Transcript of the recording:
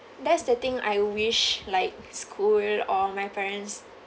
that's the thing I wish like school or my parents